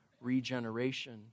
regeneration